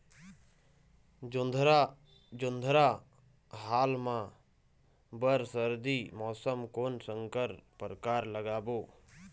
जोंधरा जोन्धरा हाल मा बर सर्दी मौसम कोन संकर परकार लगाबो?